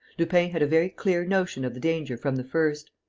lupin had a very clear notion of the danger from the first.